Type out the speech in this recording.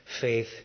faith